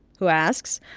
who asks,